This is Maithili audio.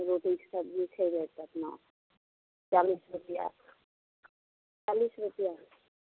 रोटी सब्जी खयबै तऽ अपना चालिस रुपैआ चालिस रुपैआ